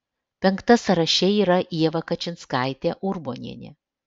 penkta sąraše yra ieva kačinskaitė urbonienė